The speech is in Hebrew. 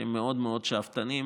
שהם מאוד מאוד שאפתניים,